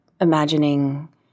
imagining